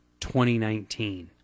2019